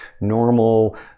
normal